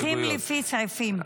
הולכים לפי סעיפים.